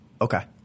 Okay